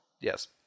Yes